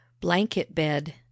Blanket-bed